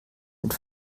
mit